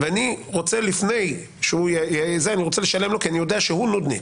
ואני רוצה לשלם לו כי אני יודע שהוא נודניק,